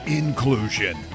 inclusion